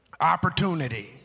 opportunity